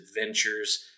adventures